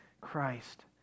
Christ